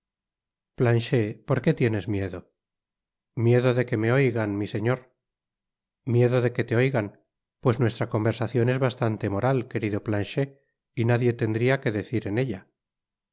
planchet por qué tienes miedo miedo de que me oigan si señor miedo de que te oigan pues nuestra conversacion es bastante moral querido planchet y nadie tendría que decir en ella